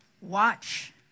Watch